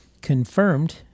confirmed